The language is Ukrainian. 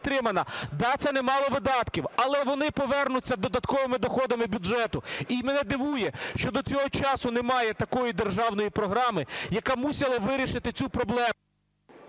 Да, це немало видатків. Але вони повернуться додатковими доходами бюджету. І мене дивує, що до цього часу немає такої державної програми, яка мусила б вирішити цю проблему.